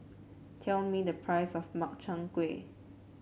tell me the price of Makchang Gui